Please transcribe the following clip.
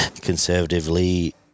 conservatively